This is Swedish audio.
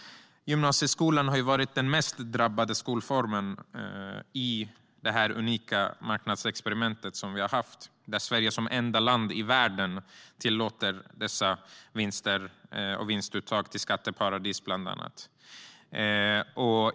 Gymnasieskolan har varit den mest drabbade skolformen i det unika marknadsexperiment som vi har haft. Sverige tillåter som enda land i världen dessa vinster och vinstuttag till skatteparadis, bland annat.